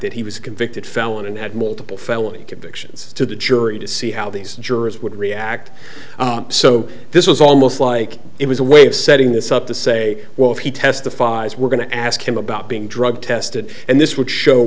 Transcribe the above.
that he was convicted felon and had multiple felony convictions to the jury to see how these jurors would react so this was almost like it was a way of setting this up to say well if he testifies we're going to ask him about being drug tested and this would show